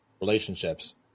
relationships